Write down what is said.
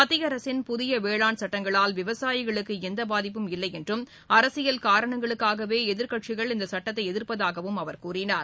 மத்திய அரசின் புதிய வேளாண் சட்டங்களால் விவசாயிகளுக்கு எந்த பாதிப்பும் இல்லை என்றும் அரசியல் காரணங்களுக்காகவே எதிர்க்கட்சிகள் இந்த சட்டத்தை எதிர்ப்பதாகவும் கூறினார்